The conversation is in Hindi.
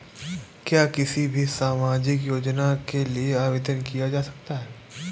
क्या किसी भी सामाजिक योजना के लिए आवेदन किया जा सकता है?